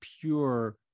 pure